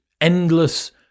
endless